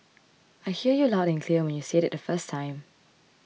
I heard you loud and clear when you said it the first time